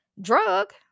drug